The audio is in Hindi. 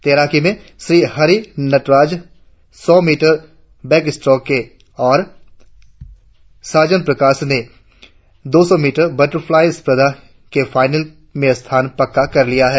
तैराकी में श्री हरि नटराज सौ मीटर बैकस्ट्रोक के और साजन प्रकाश ने दो सौ मीटर बटरफ्लाई स्पर्धा के फाइनल में स्थान पक्का कर लिया है